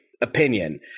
opinion